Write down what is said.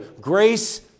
grace